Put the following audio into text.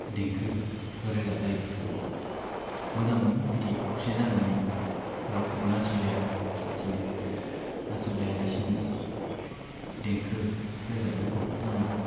देंखो रोजाबलायो मोजां मोनो बिदि खौसे जानानै रावखौबो नासयलाया लासिनो नासय लाया लासिनो देेंखो रोजाबनायखौ जों